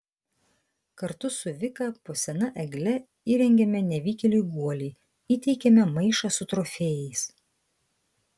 kartu su vika po sena egle įrengiame nevykėliui guolį įteikiame maišą su trofėjais